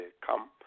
come